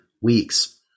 weeks